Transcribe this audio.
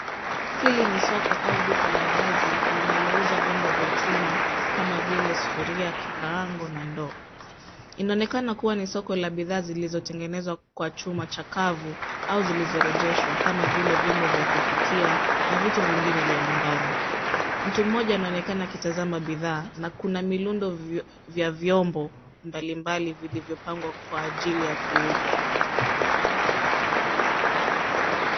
Hili ni soko au duka la wazi linalouza vyombo vya chuma kama vile sufuria, kikaango na ndoo. Inaonekana kuwa ni soko la bidhaa zilizotengenezwa kwa chuma chakavu au zilizorejeshwa kama vile vyombo vya kupikia na vitu vingine vya nyumbani. Mtu mmoja anaonekana akitazama bidhaa na kuna milundo vya vyombo mbalimbali vilivyopangwa kwa ajili ya kuuzwa.